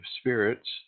spirits